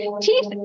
Teeth